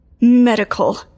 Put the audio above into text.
Medical